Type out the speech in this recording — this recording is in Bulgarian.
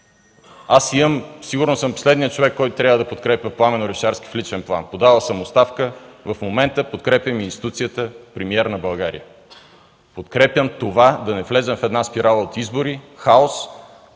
съм последният човек, който трябва да подкрепя Пламен Орешарски в личен план – подавал съм оставка, в момента подкрепям институцията Премиер на България. Подкрепям това да не влезем в една спирала от избори, хаос,